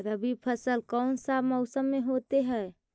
रवि फसल कौन सा मौसम में होते हैं?